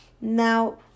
Now